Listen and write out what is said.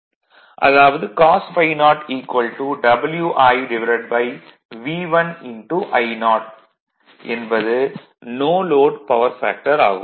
அதாவது cos ∅0 WiV1I0 என்பது no load power factor ஆகும்